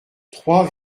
trois